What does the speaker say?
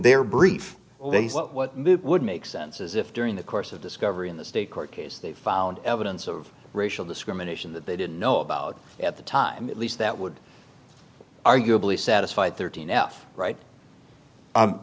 their brief they say what would make sense is if during the course of discovery in the state court case they found evidence of racial discrimination that they didn't know about at the time at least that would arguably satisfy thirteen f right